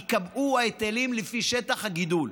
ייקבעו ההיטלים לפי שטח הגידול.